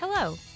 Hello